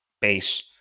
base